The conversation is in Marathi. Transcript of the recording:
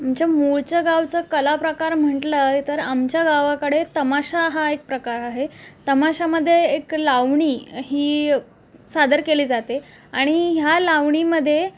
आमच्या मूळच्या गावचा कला प्रकार म्हटलं तर आमच्या गावाकडे तमाशा हा एक प्रकार आहे तमाशामदे एक लावणी ही सादर केली जाते आणि ह्या लावणीमध्ये